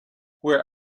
where